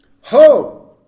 Ho